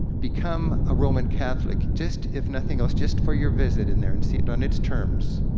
become a roman catholic, just if nothing else, just for your visit in there, and see it on its terms.